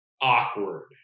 Awkward